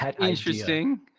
Interesting